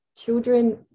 children